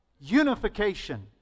Unification